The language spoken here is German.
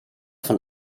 von